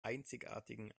einzigartigen